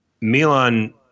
Milan